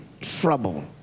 trouble